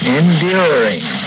enduring